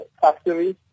factories